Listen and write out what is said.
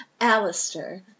Alistair